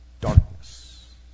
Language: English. darkness